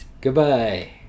Goodbye